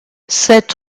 sept